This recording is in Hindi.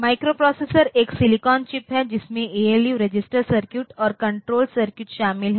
माइक्रोप्रोसेसर एक सिलिकॉन चिप है जिसमें एएलयू रजिस्टर सर्किट और कंट्रोल सर्किट शामिल हैं